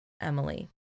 Emily